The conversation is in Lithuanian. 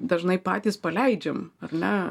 dažnai patys paleidžiam ar ne